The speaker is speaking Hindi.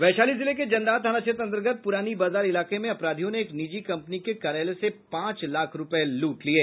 वैशाली जिले के जंदाहा थाना क्षेत्र अंतर्गत पुरानी बाजार इलाके में अपराधियों ने एक निजी कंपनी के कार्यालय से पांच लाख रूपये लूट लिये